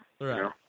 Right